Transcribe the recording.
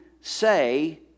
say